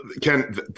Ken